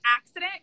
accident